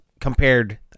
compared